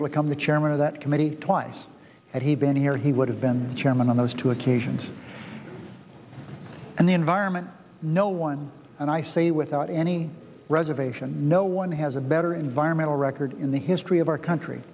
able to come the chairman of that committee twice had he been here he would have been chairman on those two occasions and the environment no one and i say without any reservation no one has a better environmental record in the history of our country